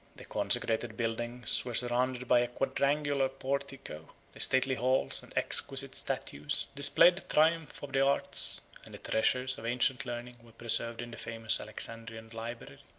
the consecrated buildings were surrounded by a quadrangular portico the stately halls, and exquisite statues, displayed the triumph of the arts and the treasures of ancient learning were preserved in the famous alexandrian library,